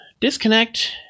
disconnect